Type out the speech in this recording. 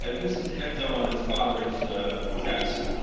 and this is enzo on his father's chest.